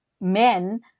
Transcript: men